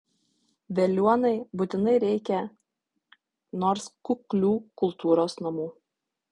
veliuonai būtinai reikia nors kuklių kultūros namų